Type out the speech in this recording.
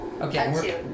Okay